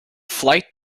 flight